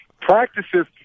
Practices